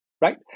right